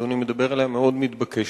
שאדוני מדבר עליה מאוד מתבקשת.